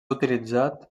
utilitzat